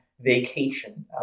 vacation